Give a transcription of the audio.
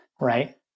right